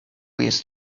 jest